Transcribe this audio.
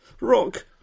Rock